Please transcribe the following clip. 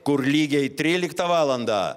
kur lygiai tryliktą valandą